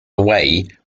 away